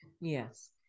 Yes